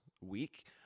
week